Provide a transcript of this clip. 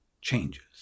changes